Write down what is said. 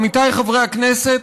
עמיתיי חברי הכנסת,